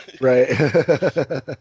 right